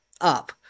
up